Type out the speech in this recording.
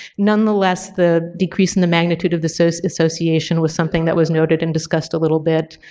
nonetheless, the decrease in the magnitude of the so so association with something that was noted and discussed a little bit.